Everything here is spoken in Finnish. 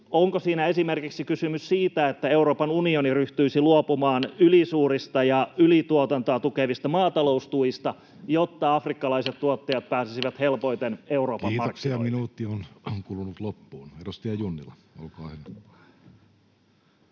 Onko siinä esimerkiksi kysymys siitä, että Euroopan unioni ryhtyisi luopumaan ylisuurista ja ylituotantoa tukevista maataloustuista, jotta afrikkalaiset tuottajat pääsisivät helpommin Euroopan markkinoille? Kiitoksia, minuutti on kulunut loppuun. — Edustaja Junnila, olkaa hyvä.